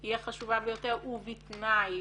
היא החשובה ביותר ובתנאי